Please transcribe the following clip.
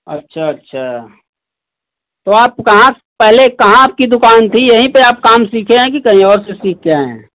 अच्छा अच्छा तो आप कहाँ पहले कहाँ आपकी दुकान थी यहीं पे आप काम सीखे हैं कि कहीं और से सीख के आए हैं